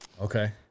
Okay